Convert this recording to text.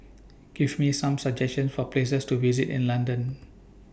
Give Me Some suggestions For Places to visit in London